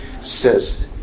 Says